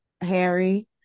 Harry